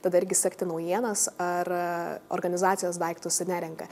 tada irgi sekti naujienas ar organizacijos daiktus nerenka